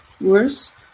worse